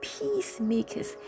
peacemakers